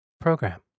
Program